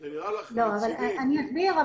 אני אסביר.